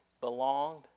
belonged